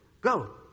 Go